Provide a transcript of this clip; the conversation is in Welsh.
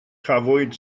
cafwyd